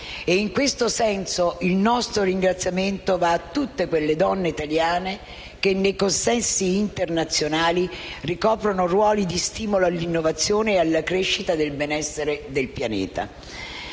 E in questo senso il nostro ringraziamento va a tutte quelle donne italiane che, nei consessi internazionali ricoprono, ruoli di stimolo all'innovazione e alla crescita del benessere nel pianeta.